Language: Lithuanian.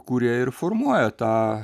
kuria ir formuoja tą